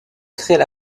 créent